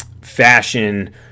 fashion